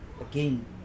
again